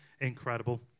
incredible